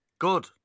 Good